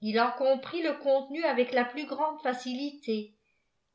il en comprit le cobk tenu avec la plus grande facilité